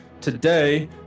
Today